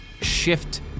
shift